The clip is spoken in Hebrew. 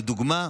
לדוגמה,